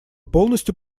полностью